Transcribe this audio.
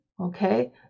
okay